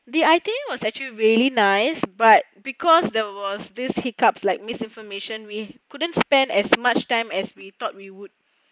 the itinerary was actually really nice but because there was this hiccups like misinformation we couldn't spend as much time as we thought we would